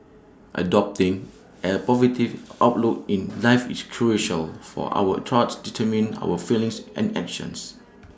adopting A positive outlook in life is crucial for our thoughts determine our feelings and actions